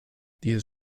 dieses